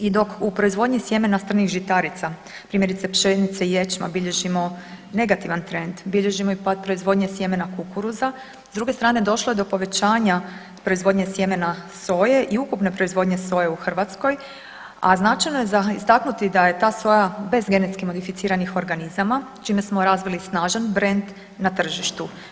I dok u proizvodnji sjemena strnih žitarica primjerice pšenice i ječma bilježimo negativan trend, bilježimo i pad proizvodnje sjemena kukuruza, s druge strane došlo je do povećanja proizvodnje sjemena soje i ukupne proizvodnje soje u Hrvatskoj, a značajno je za istaknuti da je ta soja bez genetski modificiranih organizama čime smo razvili snažan brend na tržištu.